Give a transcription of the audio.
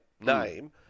name